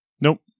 Nope